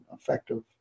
effective